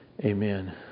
Amen